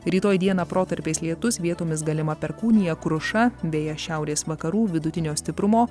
rytoj dieną protarpiais lietus vietomis galima perkūnija kruša beje šiaurės vakarų vidutinio stiprumo